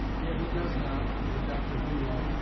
yet he does not, with dr whewell,